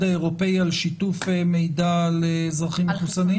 האירופאי על שיתוף מידע על אזרחים מחוסנים?